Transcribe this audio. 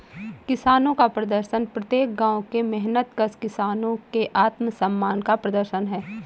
किसानों का प्रदर्शन प्रत्येक गांव के मेहनतकश किसानों के आत्मसम्मान का प्रदर्शन है